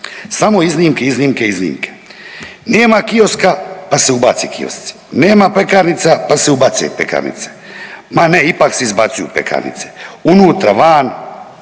Samo iznimke, iznimke, iznimke, nema kioska pa se ubace kiosci, nema pekarnica pa se ubace pekarnice, ma ne ipak se izbacuju pekarnice, unutra van,